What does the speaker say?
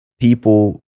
people